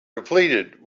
depleted